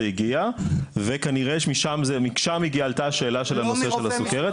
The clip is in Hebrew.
הגיע וכנראה ששם עלתה השאלה של נושא הסכרת.